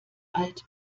alt